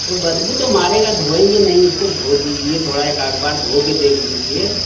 तो बदबू तो मारेगा धोएंगे नहीं उसको धो दीजिए थोड़ा एक आध बार धो कर देख लीजिए